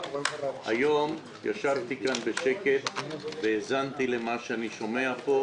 היום ישבתי כאן בשקט, והאזנתי למה שאני שומע פה.